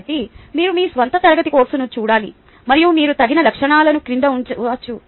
కాబట్టి మీరు మీ స్వంత తరగతి కూర్పును చూడాలి మరియు మీరు తగిన లక్షణాలను క్రింద ఉంచవచ్చు